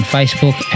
Facebook